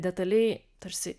detaliai tarsi